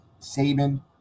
Saban